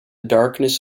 darkness